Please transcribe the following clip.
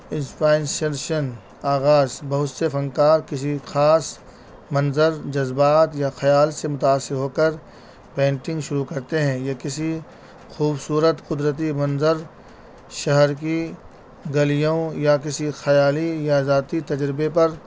inspiration آغاز بہت سے فنکار کسی خاص منظر جذبات یا خیال سے متاثر ہو کر پینٹنگ شروع کرتے ہیں یا کسی خوبصورت قدرتی منظر شہر کی گلیوں یا کسی خیالی یا ذاتی تجربے پر